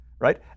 right